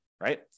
right